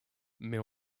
mais